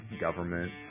government